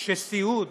שסיעוד